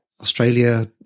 australia